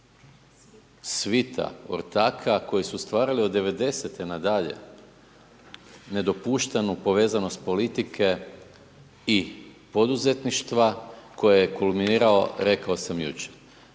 svita ortaka koji su stvarali od '90.-te na dalje nedopuštenu povezanost politike i poduzetništva koje je kulminirao rekao sam jučer.